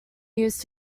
used